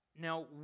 Now